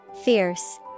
Fierce